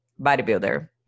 bodybuilder